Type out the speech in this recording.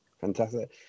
Fantastic